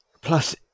Plus